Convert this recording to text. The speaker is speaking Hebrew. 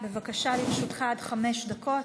בבקשה, לרשותך עד חמש דקות.